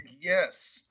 Yes